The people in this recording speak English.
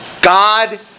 God